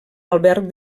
alberg